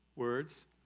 words